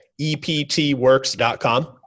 eptworks.com